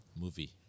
Movie